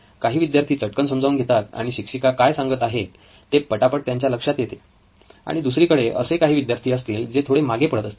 काही विद्यार्थी चटकन समजावून घेतात आणि शिक्षिका काय सांगत आहेत ते पटापट त्यांच्या लक्षात येते आणि दुसरीकडे असे काही विद्यार्थी असतील जे थोडे मागे पडत असतील